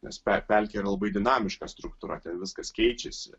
nes pe pelkė yra labai dinamiška struktūra ten viskas keičiasi